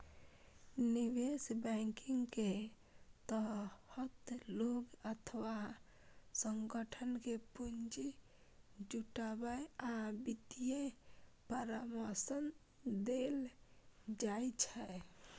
निवेश बैंकिंग के तहत लोग अथवा संगठन कें पूंजी जुटाबै आ वित्तीय परामर्श देल जाइ छै